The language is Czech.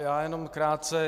Já jenom krátce.